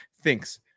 thinks